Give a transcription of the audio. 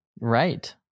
Right